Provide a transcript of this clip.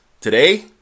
today